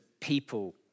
people